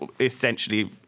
essentially